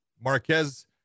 marquez